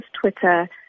Twitter